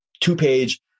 two-page